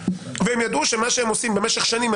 והם ידעו שמה שהם עושים במשך שנים,